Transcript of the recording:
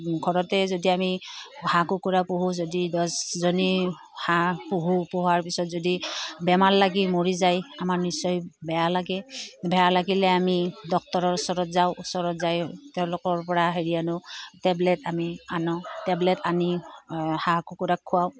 ঘৰতে যদি আমি হাঁহ কুকুৰা পোহোঁ যদি দহজনী হাঁহ পোহোঁ পোহাৰ পিছত যদি বেমাৰ লাগি মৰি যায় আমাৰ নিশ্চয় বেয়া লাগে বেয়া লাগিলে আমি ডাক্তৰৰ ওচৰত যাওঁ ওচৰত যাই তেওঁলোকৰপৰা হেৰি আনো টেবলেট আমি আনো টেবলেট আনি হাঁহ কুকুৰাক খুৱাওঁ